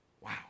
Wow